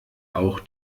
auch